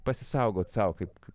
pasisaugoti sau kaip